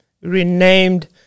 renamed